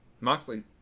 Moxley